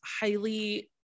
highly